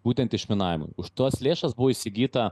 būtent išminavimui už tas lėšas buvo įsigyta